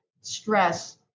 stress